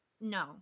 no